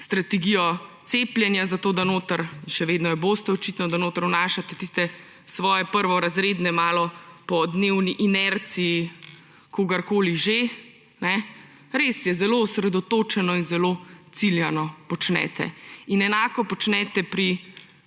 strategijo cepljenja zato, da noter – še vedno jo boste, očitno – vnašate tiste svoje prvorazredne malo po dnevni inerciji kogarkoli že. Res je, zelo osredotočeno in zelo ciljano počnete! In enako počnete pri